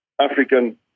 African